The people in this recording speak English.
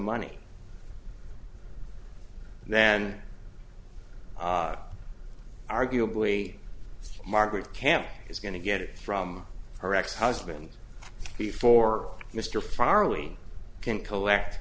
money then arguably margaret camp is going to get it from her ex husband before mr farley can collect